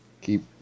keep